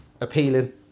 appealing